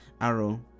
arrow